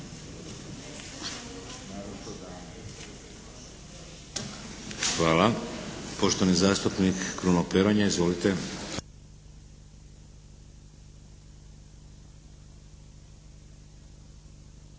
Hvala. Poštovani zastupnik Kruno Peronja. Izvolite.